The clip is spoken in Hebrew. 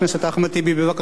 חבר הכנסת שלמה מולה.